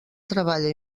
treballa